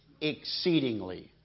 exceedingly